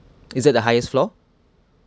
is that the highest floor